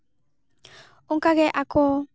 ᱚᱱᱠᱟ ᱜᱮ ᱟᱠᱚ